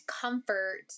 comfort